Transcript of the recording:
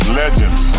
legends